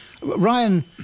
Ryan